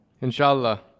Inshallah